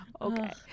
Okay